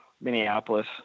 Minneapolis